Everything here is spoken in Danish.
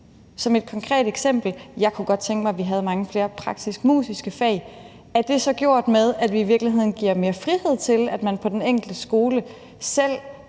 Som et konkret eksempel kunne jeg godt tænke mig, at vi havde mange flere praktisk-musiske fag. Er det så i virkeligheden gjort med, at vi giver mere frihed til, at man på den enkelte skole selv